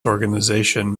organization